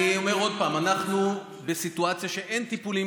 אני אומר עוד פעם: אנחנו בסיטואציה שאין טיפולים